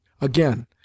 Again